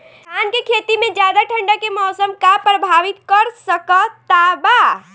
धान के खेती में ज्यादा ठंडा के मौसम का प्रभावित कर सकता बा?